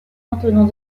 maintenant